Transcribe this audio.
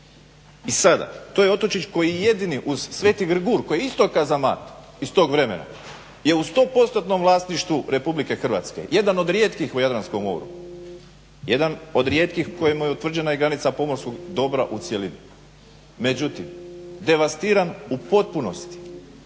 I sada to je otočić koji je jedini uz sv. Grgur koji je isto kazamat iz tog vremena je u 100%-nom vlasništvu RH. Jedan od rijetkih u Jadranskom moru, jedan od rijetkih kojemu je utvrđena i granica pomorskog dobra u cjelini. Međutim, devastiran u potpunosti